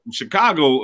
Chicago